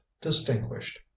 distinguished